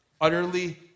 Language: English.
utterly